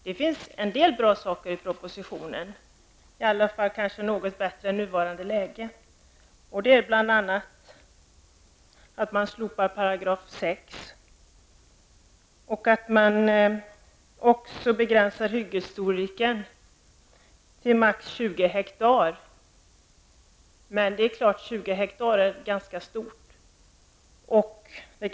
Det finns en del bra saker i propositionen -- det är i varje fall något som blir bättre än nuvarande läge. Man slopar bl.a. 6 § och begränsar hyggesstorleken till maximalt 20 hektar. 20 hektar är ganska mycket.